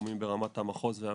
הגורמים ברמת המחוז והמטה,